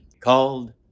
called